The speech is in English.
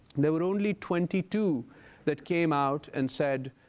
there were only twenty two that came out and said,